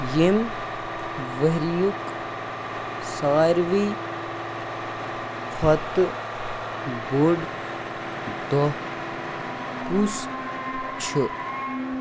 ییٚمۍ ؤرِیُک ساروی کھۄتہٕ بوٚڑ دۄہ کُس چھُ